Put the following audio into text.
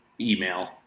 email